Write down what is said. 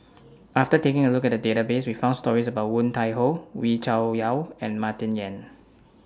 after taking A Look At The Database We found stories about Woon Tai Ho Wee Cho Yaw and Martin Yan